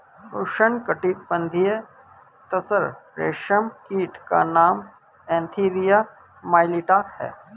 उष्णकटिबंधीय तसर रेशम कीट का नाम एन्थीरिया माइलिट्टा है